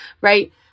right